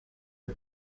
het